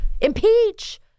impeach